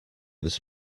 this